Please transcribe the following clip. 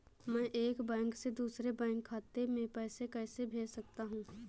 मैं एक बैंक से दूसरे बैंक खाते में पैसे कैसे भेज सकता हूँ?